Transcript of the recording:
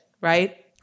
right